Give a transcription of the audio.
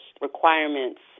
requirements